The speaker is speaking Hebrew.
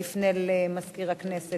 אני אפנה למזכיר הכנסת,